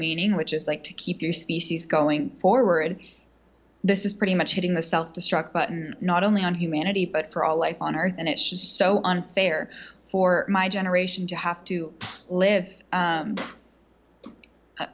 meaning which is like to keep your species going forward this is pretty much hitting the self destruct button not only on humanity but for all life on earth and it's just so unfair for my generation to have to live